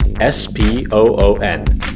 S-P-O-O-N